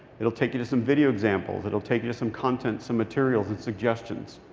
it'll take you to some video examples. it'll take you to some content some materials and suggestions.